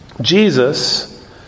Jesus